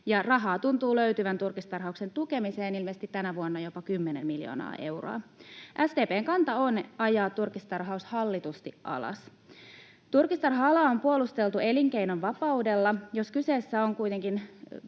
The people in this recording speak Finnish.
Rahaa tuntuu löytyvän turkistarhauksen tukemiseen, ilmeisesti tänä vuonna jopa kymmenen miljoonaa euroa. SDP:n kanta on ajaa turkistarhaus hallitusti alas. Turkistarha-alaa on puolusteltu elinkeinovapaudella. Jos kyseessä on kuitenkin